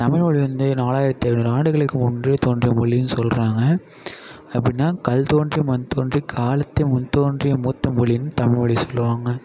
தமிழ் மொழி வந்து நாலாயிரத்தி ஐநூறு ஆண்டுகளுக்கு முன்பே தோன்றிய மொழின்னு சொல்கிறாங்க எப்பிடின்னா கல்தோன்றி மண்தோன்றி காலத்தின் முன்தோன்றிய மூத்த மொழின்னு தமிழ் மொழிய சொல்வாங்க